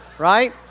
right